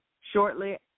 shortly